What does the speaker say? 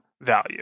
value